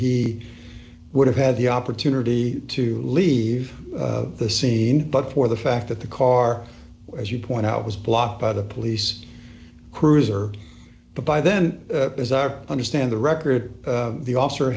he would have had the opportunity to leave the scene but for the fact that the car as you point out was blocked by the police cruiser but by then as our understand the record the officer